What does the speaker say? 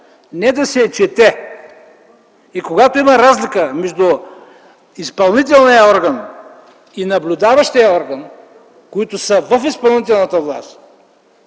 не да си я чете. И когато има разлика между изпълнителния орган и наблюдаващия орган, които са в изпълнителната власт,